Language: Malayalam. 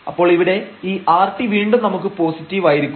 അപ്പോൾ ഇവിടെ ഈ rt വീണ്ടും നമുക്ക് പോസിറ്റീവ് ആയിരിക്കും